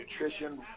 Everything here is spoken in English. nutrition